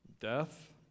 Death